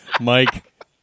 Mike